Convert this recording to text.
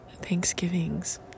Thanksgivings